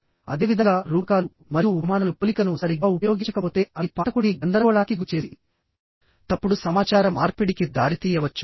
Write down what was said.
అదేవిధంగా రూపకాలుమరియు ఉపమానాలు పోలికలను సరిగ్గా ఉపయోగించకపోతే అవి పాఠకుడిని గందరగోళానికి గురిచేసి తప్పుడు సమాచార మార్పిడికి దారితీయవచ్చు